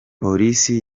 police